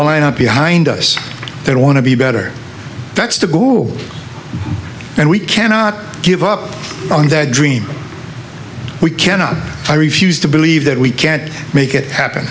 lined up behind us they want to be better that's the goal and we cannot give up on that dream we cannot i refuse to believe that we can't make it happen